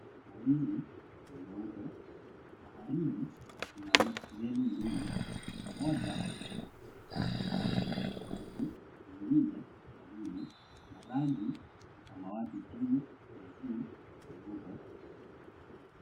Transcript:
Mawingu ni meupe. Baharini kuna meli mbili. Moja iko karibu na rangi ya samawati chini na juu nyeupe.